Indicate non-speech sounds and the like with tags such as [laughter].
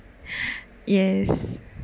[breath] yes